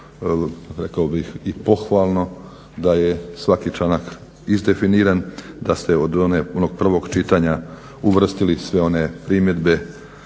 rekao bih i pohvalno da je svaki članak izdefiniran, da ste od onog prvog čitanja uvrstili sve one primjedbe